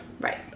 Right